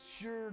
sure